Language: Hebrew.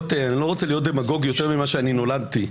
להיות דמגוג יותר ממה שנולדתי,